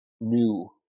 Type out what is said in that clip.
new